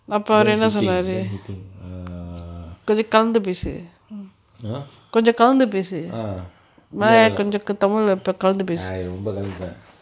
then shitting then hitting err ah ah இல்ல இல்ல:illa illa ah இல்ல ரொம்ப கலந்துட்ட:illa romba kalanthuta